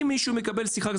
אם מישהו מקבל שיחה.